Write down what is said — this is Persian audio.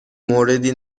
موردی